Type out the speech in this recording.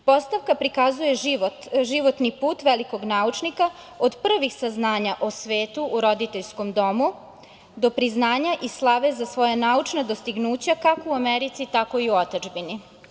Postavka prikazuje životni put velikog naučnika od prvog saznanja o svetu u roditeljskom domu do priznanja i slave za svoja naučna dostignuća, kako u Americi tako i u otadžbini.